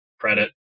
credit